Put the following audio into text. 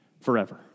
forever